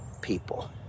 people